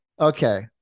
Okay